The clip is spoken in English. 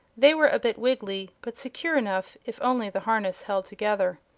they were a bit wiggley, but secure enough if only the harness held together.